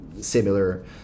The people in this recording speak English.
similar